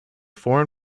foreign